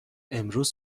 امروز